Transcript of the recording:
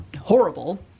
horrible